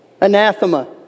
Anathema